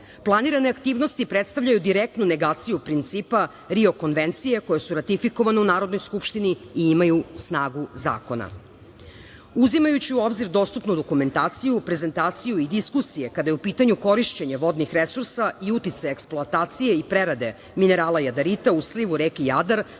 aktivnosti predstavljaju direktnu negaciju principa „Rio konvencije“ koje su ratifikovane u Narodnoj skupštini i imaju snagu zakona. Uzimajući u obzir dostupnu dokumentaciju, prezentaciju i diskusije kada je u pitanju korišćenje vodnih resursa i uticaja eksploatacije i prerade minerala jadarita u slivu reke Jadar